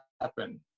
happen